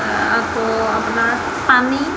আকৌ আপোনাৰ পানী